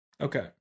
okay